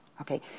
Okay